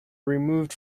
removed